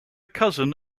cousin